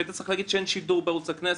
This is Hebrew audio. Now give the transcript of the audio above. היית צריך להגיד שאין שידור בערוץ הכנסת,